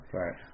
right